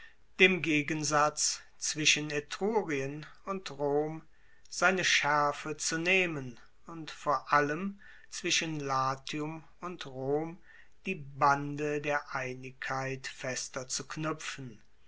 dem gegensatz zwischen etrurien und rom seine schaerfe zu nehmen und vor allem zwischen latium und rom die bande der einigkeit fester zu knuepfen